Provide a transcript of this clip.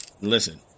Listen